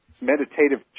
meditative